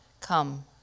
come